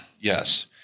Yes